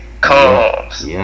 comes